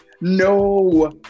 No